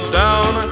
down